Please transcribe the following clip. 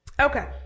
Okay